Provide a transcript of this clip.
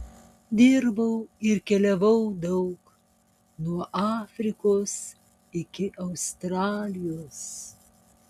dirbau ir keliavau daug nuo afrikos iki australijos